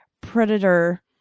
predator